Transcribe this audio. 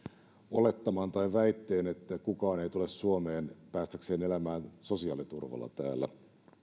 olettaman tai väitteen että kukaan ei tule suomeen päästäkseen elämään sosiaaliturvalla täällä